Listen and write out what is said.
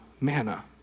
manna